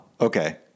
Okay